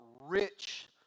rich